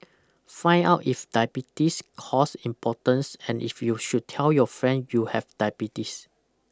find out if diabetes cause impotence and if you should tell your friend you have diabetes